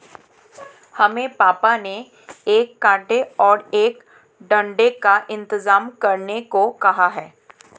हमें पापा ने एक कांटे और एक डंडे का इंतजाम करने को कहा है